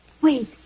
Wait